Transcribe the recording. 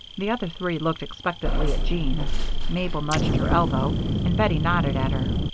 the other three looked expectantly at jean mabel nudged her elbow and bettie nodded at her.